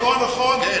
נכון, נכון, נכון.